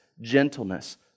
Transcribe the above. gentleness